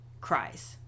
cries